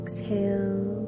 Exhale